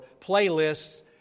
playlists